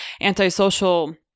antisocial